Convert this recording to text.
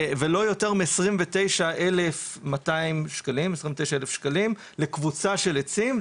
ולא יותר מ-29,200 שקלים לקבוצה של עצים,